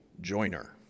Joiner